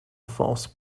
false